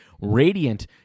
Radiant